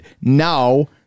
now